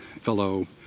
fellow